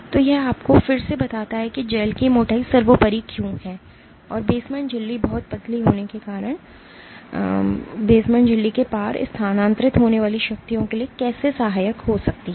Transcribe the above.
तो यह आपको फिर से बताता है कि जेल की मोटाई सर्वोपरि क्यों है और बेसमेंट झिल्ली बहुत पतली होने के कारण बेसमेंट झिल्ली के पार स्थानांतरित होने वाली शक्तियों के लिए कैसे सहायक हो सकती है